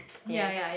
yes